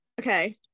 Okay